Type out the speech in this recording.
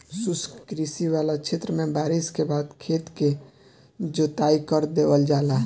शुष्क कृषि वाला क्षेत्र में बारिस के बाद खेत क जोताई कर देवल जाला